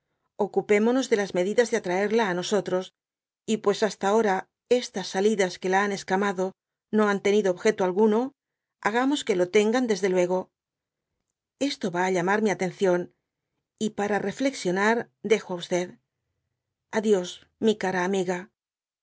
ocupémonos de las medidas de atraerla á nosotros y pues hasta ahora estas salidas que la han escamado no han tenido ob alguno hagamos que lo tengan desde luego esto va á llamar mi atención y para reflexionar dejo á a dios mi cara amiga